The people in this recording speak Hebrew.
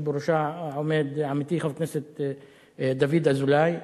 שבראשה עומד עמיתי חבר הכנסת דוד אזולאי.